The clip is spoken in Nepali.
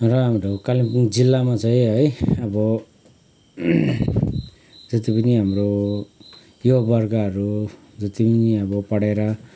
र हाम्रो कालिम्पोङ जिल्लामा चाहिँ है अब जति पनि हाम्रो युवावर्गहरू जति पनि अब पढेर